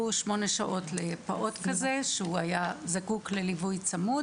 שמונה שעות לפעוט שהיה זקוק לליווי צמוד.